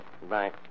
Goodbye